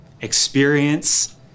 experience